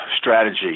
strategy